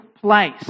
place